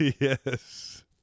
yes